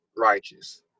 righteous